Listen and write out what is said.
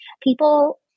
people